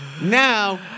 now